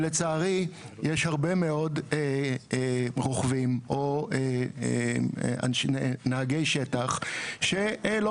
אבל לצערי יש הרבה מאוד רוכבים או נהגי שטח שלא